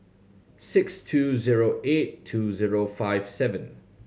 six two zero eight two zero five seven